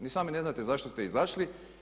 Ni sami ne znate zašto ste izašli.